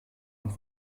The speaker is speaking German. und